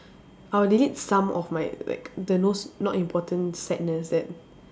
I would delete some of my like the those not important sadness that